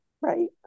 Right